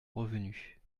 revenu